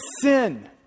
sin